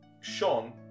Sean